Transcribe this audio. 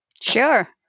Sure